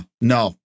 no